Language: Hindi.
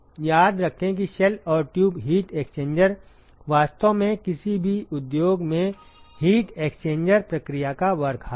याद रखें कि शेल और ट्यूब हीट एक्सचेंजर वास्तव में किसी भी उद्योग में हीट एक्सचेंज प्रक्रिया का वर्कहॉर्स है